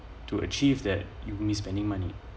to achieve that you will be spending money